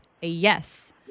Yes